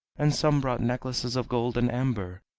and some brought necklaces of gold and amber,